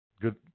Good